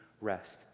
rest